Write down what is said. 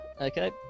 Okay